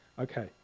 Okay